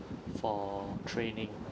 for training